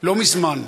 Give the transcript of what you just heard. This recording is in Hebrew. לא מזמן,